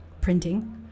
printing